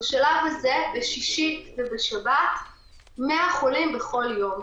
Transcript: בשלב הזה, בשישי ובשבת 100 חולים בכל יום.